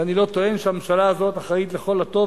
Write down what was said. ואני לא טוען שהממשלה הזאת אחראית לכל הטוב,